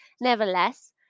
Nevertheless